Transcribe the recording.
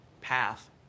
Path